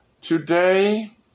Today